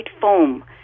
foam